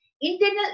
internal